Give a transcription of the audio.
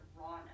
rawness